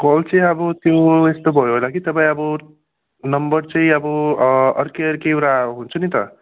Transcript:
call चाहिँ अब त्यो यस्तो भयो होला कि तपाईँ अब नम्बर चाहिँ अब अर्कै अर्कै एउटा हुन्छ नि त